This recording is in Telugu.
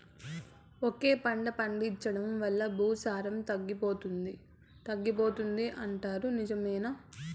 ఒకే పంట పండించడం వల్ల భూసారం తగ్గిపోతుంది పోతుంది అంటారు నిజమేనా